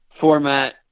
format